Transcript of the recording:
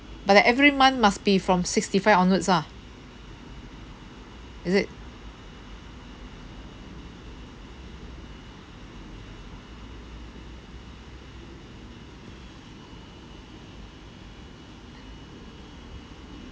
but then every month must be from sixty five onwards ah is it